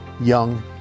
young